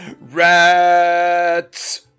rats